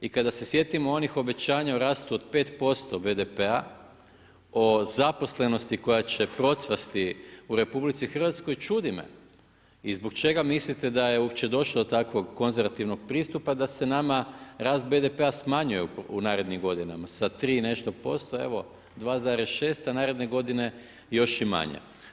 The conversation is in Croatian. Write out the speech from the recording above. I kada se sjetimo onih obećanja o rastu od 5% BDP-a o zaposlenosti koja će procvasti u RH čudi me i zbog čega mislite da je došlo do takvog konzervativnog pristupa da se nama rast BDP-a smanjuje u narednim godinama sa tri i nešto posto, evo 2,6, a naredne godine još i manje.